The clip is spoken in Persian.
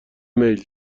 میل